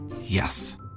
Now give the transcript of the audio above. Yes